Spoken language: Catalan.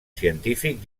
científic